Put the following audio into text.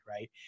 right